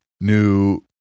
new